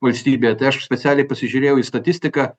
valstybėje tai aš specialiai pasižiūrėjau į statistiką